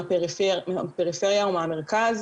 מהפריפריה ומהמרכז,